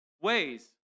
ways